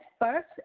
first